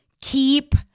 Keep